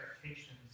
expectations